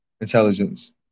intelligence